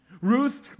Ruth